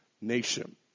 nation